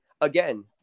again